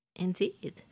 Indeed